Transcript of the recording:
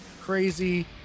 crazy